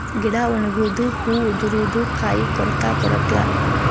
ಗಿಡಾ ಒಣಗುದು ಹೂ ಉದರುದು ಕಾಯಿ ಕೊರತಾ ಕೊರಕ್ಲಾ